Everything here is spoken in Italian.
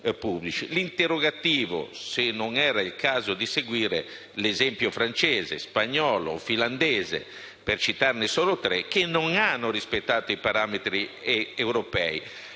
L'interrogativo se non era il caso di seguire l'esempio francese, spagnolo o finlandese (per citare solo tre Stati che non hanno rispettato i parametri europei),